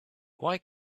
why